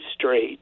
straight